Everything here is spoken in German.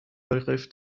begriff